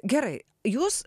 gerai jūs